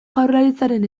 jaurlaritzaren